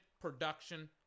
production